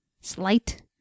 slight